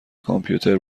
کامپیوتر